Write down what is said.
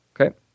Okay